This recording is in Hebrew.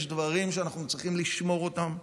יש דברים שאנחנו צריכים לשמור אותם,